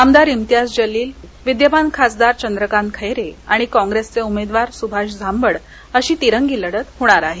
आमदार इम्तियाज जलील विद्यमान खासदार चंद्रकांत खेरे आणि काँप्रेसचे उमेदवार सुभाष झाम्बड अशी तिरंगी लढत होणार आहे